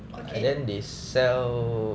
okay